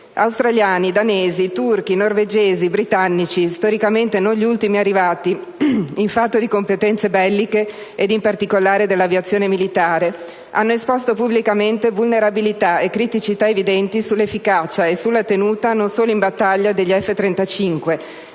Australiani, danesi, turchi, norvegesi, britannici (storicamente non gli ultimi arrivati in fatto di competenze belliche, ed in particolare dell'aviazione militare) hanno esposto, pubblicamente, vulnerabilità e criticità evidenti sull'efficacia e sulla tenuta non solo in battaglia degli F-35,